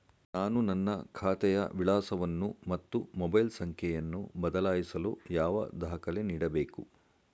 ನಾನು ನನ್ನ ಖಾತೆಯ ವಿಳಾಸವನ್ನು ಮತ್ತು ಮೊಬೈಲ್ ಸಂಖ್ಯೆಯನ್ನು ಬದಲಾಯಿಸಲು ಯಾವ ದಾಖಲೆ ನೀಡಬೇಕು?